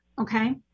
Okay